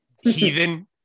heathen